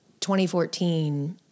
2014